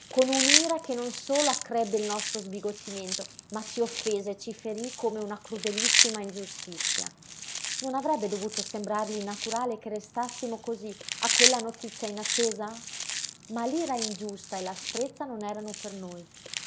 con un'ira che non solo accrebbe il nostro sbigottimento ma ci offese e ci ferí come una crudelissima ingiustizia non avrebbe dovuto sembrargli naturale che restassimo cosí a quella notizia inattesa ma l'ira ingiusta e l'asprezza non erano per noi